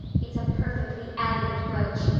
it's a perfectly elegant brooch.